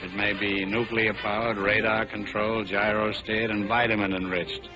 it may be a nuclear powered, radar control, gyrostat, and vitamin enriched.